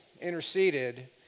interceded